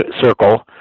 circle